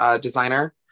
designer